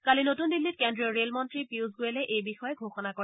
কালি নতুন দিল্লীত কেন্দ্ৰীয় ৰেল মন্ত্ৰী পীয়ুষ গোৱেলে এই বিষয়ে ঘোষণা কৰে